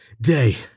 day